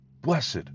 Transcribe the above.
blessed